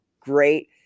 great